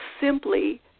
simply